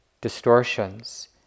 distortions